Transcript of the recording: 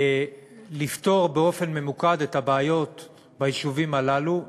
לפתור באופן ממוקד את הבעיות ביישובים הללו,